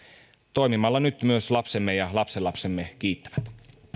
toimimalla nyt myös lapsemme ja lapsenlapsemme kiittävät